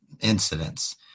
incidents